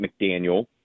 McDaniel